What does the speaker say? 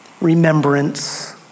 Remembrance